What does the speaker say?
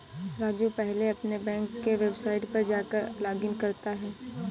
राजू पहले अपने बैंक के वेबसाइट पर जाकर लॉगइन करता है